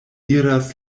iras